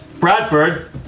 Bradford